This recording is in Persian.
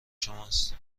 شماست